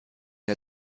der